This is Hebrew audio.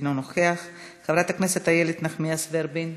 אינו נוכח, חברת הכנסת איילת נחמיאס ורבין,